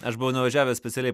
aš buvau nuvažiavęs specialiai